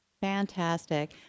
Fantastic